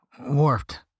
Warped